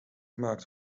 gemaakt